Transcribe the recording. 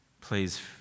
Please